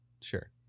Sure